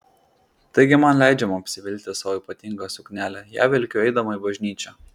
taigi man leidžiama apsivilkti savo ypatingą suknelę ją vilkiu eidama į bažnyčią